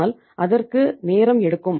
ஆனால் அதற்கு நேரம் எடுக்கும்